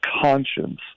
conscience